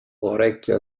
orecchio